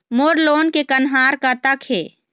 मोर loan के कन्हार कतक हे?